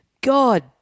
God